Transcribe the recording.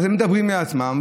אז הם מדברים בשפתם,